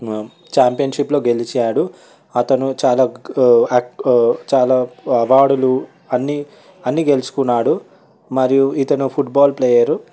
చాంపియన్షిప్లో గెలిచాడు అతను చాలా చాలా అవార్డులు అన్ని అన్ని గెలుచుకున్నాడు మరియు ఇతను ఫుట్బాల్ ప్లేయర్